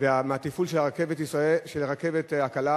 ומהתפעול של הרכבת הקלה,